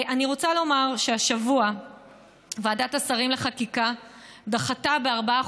אני רוצה לומר שהשבוע ועדת השרים לחקיקה דחתה בארבעה